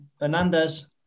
Hernandez